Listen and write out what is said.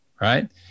right